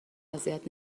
اذیت